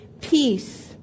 peace